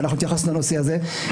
והתייחסנו לנושא הזה.